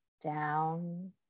down